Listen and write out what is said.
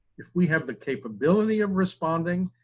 if we have the capability of responding,